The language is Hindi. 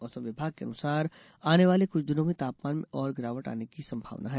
मौसम विभाग के अनुसार आने वाले कुछ दिनों में तापमान में और गिरावट आने की संभावना है